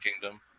Kingdom